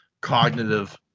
cognitive